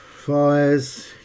Fires